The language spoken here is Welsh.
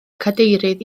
cadeirydd